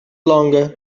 longer